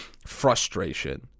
frustration